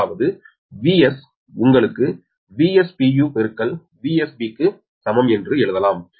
அதாவது 𝑽𝒔 உங்களுக்கு VsVsB க்கு சமம் என்று எழுதலாம்